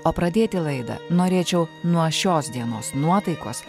o pradėti laidą norėčiau nuo šios dienos nuotaikos